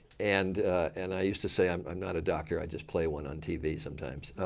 and and i used to say i'm i'm not a doctor. i just play one on tv sometimes.